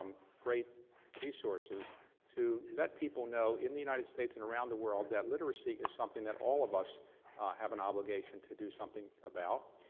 um great resources to let people know in the united states and around the world that literacy is something that all of us have an obligation to do something about.